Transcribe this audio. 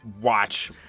Watch